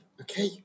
okay